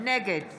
נגד